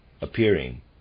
appearing